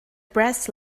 brass